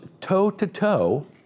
toe-to-toe